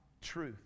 truth